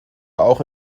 auch